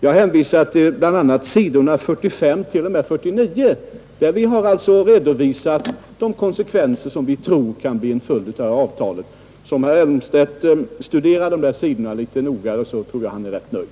Jag hänvisar till bl.a. sidorna 45 —49, där vi alltså har redovisat de konsekvenser som vi tror kan bli en följd av det här avtalet. Om herr Elmstedt studerar de där sidorna litet noggrannare tror jag att han blir rätt nöjd.